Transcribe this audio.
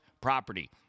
property